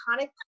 iconic